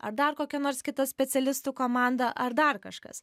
ar dar kokia nors kita specialistų komanda ar dar kažkas